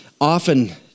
often